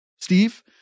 Steve